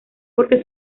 porque